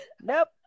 Nope